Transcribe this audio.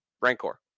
Rancor